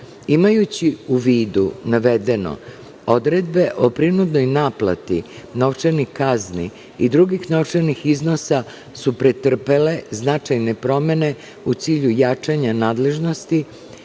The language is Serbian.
u vidu navedeno, odredbe o prinudnoj naplati novčanih kazni i drugih novčanih iznosa su pretrpele značajne promene u cilju jačanja nadležnosti